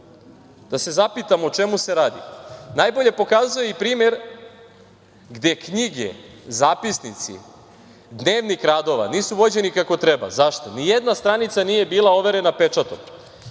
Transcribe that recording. da se zapitamo o čemu se radi, najbolje pokazuje primer gde knjige, zapisnici, dnevnik radova, nisu vođeni kako treba. Zašto? Nijedna stranica nije bila overena pečatom,